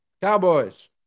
Cowboys